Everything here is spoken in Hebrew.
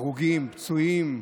הרוגים, פצועים,